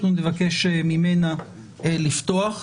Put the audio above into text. אנחנו נבקש ממנה לפתוח.